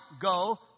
go